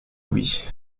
louis